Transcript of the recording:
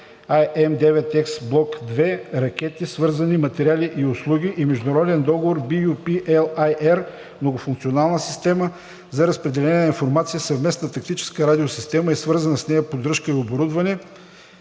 AIM 9X Блок II ракети, свързани материали и услуги4“ и международен договор (LOA) BU-P-LAR „Многофункционална система за разпределение на информация – Съвместна тактическа радиосистема и свързана с нея поддръжка и оборудване“